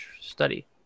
study